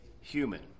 human